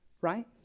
right